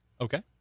Okay